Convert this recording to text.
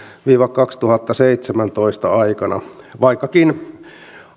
viiva kaksituhattaseitsemäntoista aikana vaikkakin